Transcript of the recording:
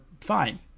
fine